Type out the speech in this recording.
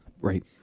Right